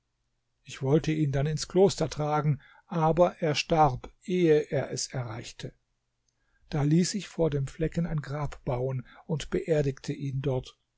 ich wollte ihn dann ins kloster tragen aber er starb ehe er es erreichte da ließ ich vor dem flecken ein grab bauen und beerdigte ihn dort